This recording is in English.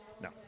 No